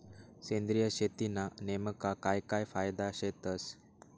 सेंद्रिय शेतीना नेमका काय काय फायदा शेतस?